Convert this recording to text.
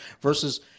versus